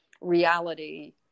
reality